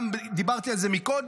גם על זה דיברתי מקודם,